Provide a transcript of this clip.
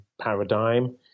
paradigm